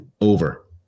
Over